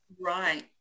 Right